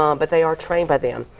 um but they are trained by them.